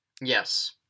yes